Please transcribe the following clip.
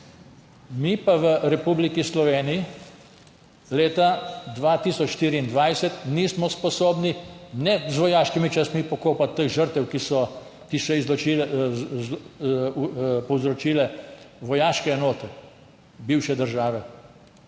Mi pa v Republiki Sloveniji leta 2024 nismo sposobni z vojaškimi častmi pokopati teh žrtev, ki so jih povzročile vojaške enote bivše države,